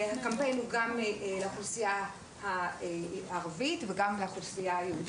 הקמפיין הוא גם לאוכלוסייה הערבית וגם לאוכלוסייה היהודית.